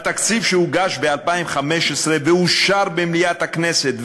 בתקציב שהוגש ב-2015 ואושר במליאת הכנסת,